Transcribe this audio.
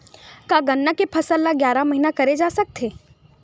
का गन्ना के फसल ल बारह महीन करे जा सकथे?